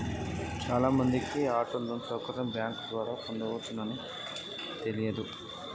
చాలామందికి auto loan సౌకర్యం bank ద్వారా పొందవచ్చని తెలవదు